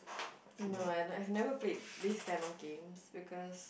no I have never played this kind of games because